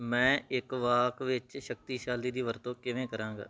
ਮੈਂ ਇੱਕ ਵਾਕ ਵਿੱਚ ਸ਼ਕਤੀਸ਼ਾਲੀ ਦੀ ਵਰਤੋਂ ਕਿਵੇਂ ਕਰਾਂਗਾ